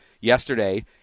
yesterday